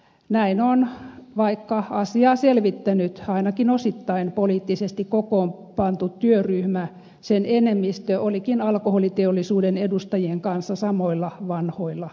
näin on vaikka asiaa selvittäneen ainakin osittain poliittisesti kokoonpannun työryhmän enemmistö olikin alkoholiteollisuuden edustajien kanssa samoilla vanhoilla linjoilla